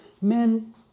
men